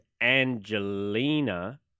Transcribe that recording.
Angelina